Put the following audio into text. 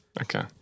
Okay